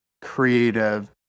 creative